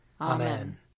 Amen